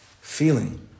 Feeling